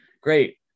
great